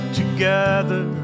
together